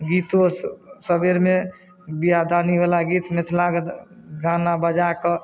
गीतो सबेरमे विवाह दानी वला गीत मिथलाके गाना बजा कऽ